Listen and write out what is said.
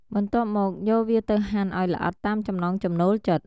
បន្ទាប់មក យកវាទៅហាន់ឱ្យល្អិតតាមចំណង់ចំណូលចិត្ត។